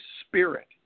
spirit